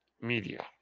media